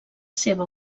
seva